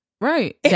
right